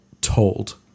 told